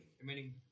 remaining